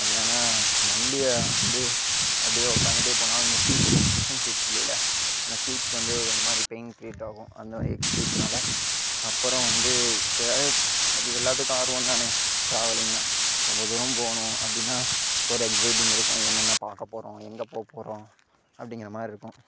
அது ஏன்னால் வண்டியை வந்து அப்படியே உட்கார்ந்துட்டே போனால் அந்த சீட்ஸு வந்து குஷன் சீட்ஸ் இல்லேயில்ல அந்த சீட்ஸ் வந்து கொஞ்சம் மாதிரி பெயின் கிரியேட்டாகும் அந்த எக் சீட்னால் அப்புறம் வந்து அது எல்லாத்துக்கும் ஆர்வம் தானே ட்ராவலிங்னால் ரொம்ப தூரம் போகணும் அப்படின்னா ஒரு எக்சைட்டிங் இருக்கும் என்னென்ன பார்க்க போகிறோம் எங்கே போகப் போகிறோம் அப்படிங்குற மாதிரிருக்கும்